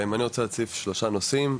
אני רוצה להציף שלושה נושאים,